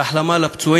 ולאחל החלמה לפצועים.